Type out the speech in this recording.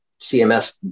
CMS